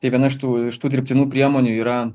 tai viena iš tų iš tų dirbtinų priemonių yra